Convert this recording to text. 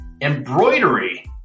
Embroidery